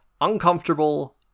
uncomfortable